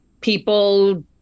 people